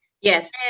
yes